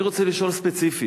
אני רוצה לשאול ספציפית,